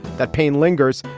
that pain lingers.